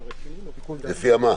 --- לפי מה?